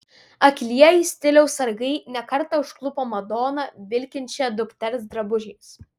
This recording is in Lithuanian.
akylieji stiliaus sargai ne kartą užklupo madoną vilkinčią dukters drabužiais